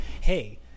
hey